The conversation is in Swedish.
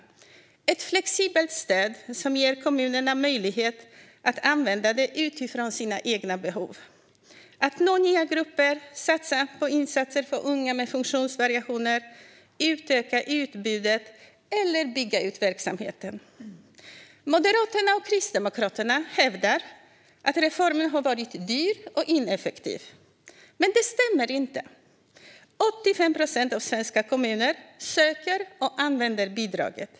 Det är ett flexibelt stöd som kommunerna ges möjlighet att använda utifrån sina egna behov. De kan nå nya grupper, satsa på insatser för unga med funktionsvariationer, utöka utbudet eller bygga ut verksamheten. Moderaterna och Kristdemokraterna hävdar att reformen har varit dyr och ineffektiv, men det stämmer inte. 85 procent av de svenska kommunerna söker och använder bidraget.